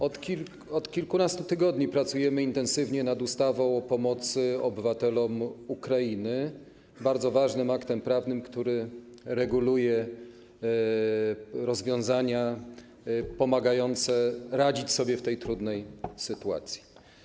Od kilkunastu tygodni pracujemy intensywnie nad ustawą o pomocy obywatelom Ukrainy, bardzo ważnym aktem prawnym, który reguluje rozwiązania pomagające radzić sobie w tej trudnej sytuacji.